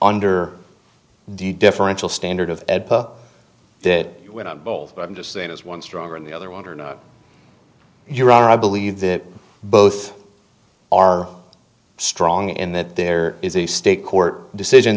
under the differential standard of that we're not both but i'm just saying as one stronger on the other one or not you are i believe that both are strong in that there is a state court decision